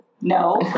no